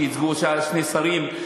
שייצגו אותה שני שרים,